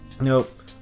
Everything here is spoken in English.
Nope